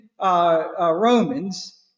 Romans